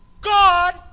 God